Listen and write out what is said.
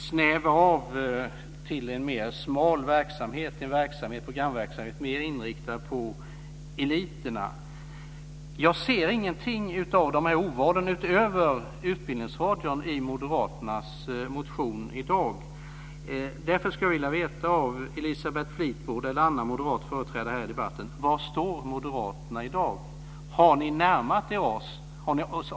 Snäva av programverksamheten till något som är mer inriktat på eliterna! Jag ser i moderaternas motion inget av de här ordvalen utöver det som gäller Utbildningsradion. Därför skulle jag vilja fråga Elisabeth Fleetwood eller någon annan moderat företrädare i debatten var moderaterna står i dag. Har ni närmat er oss?